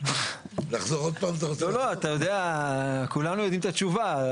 אתה יודע, כולנו יודעים את התשובה.